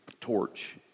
torch